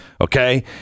Okay